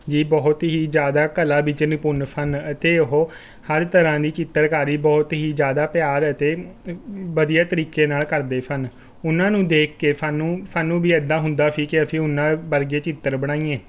ਜੀ ਬਹੁਤ ਹੀ ਜ਼ਿਆਦਾ ਕਲਾ ਵਿੱਚ ਨਿਪੁੰਨ ਸਨ ਅਤੇ ਉਹ ਹਰ ਤਰ੍ਹਾਂ ਦੀ ਚਿੱਤਰਕਾਰੀ ਬਹੁਤ ਹੀ ਜ਼ਿਆਦਾ ਪਿਆਰ ਅਤੇ ਵਧੀਆ ਤਰੀਕੇ ਨਾਲ ਕਰਦੇ ਸਨ ਉਨ੍ਹਾਂ ਨੂੰ ਦੇਖ ਕੇ ਸਾਨੂੰ ਸਾਨੂੰ ਵੀ ਇਦਾਂ ਹੁੰਦਾ ਸੀ ਕਿ ਅਸੀਂ ਉਨ੍ਹਾਂ ਵਰਗੇ ਚਿੱਤਰ ਬਣਾਈਏ